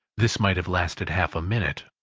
this might have lasted half a minute,